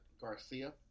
Garcia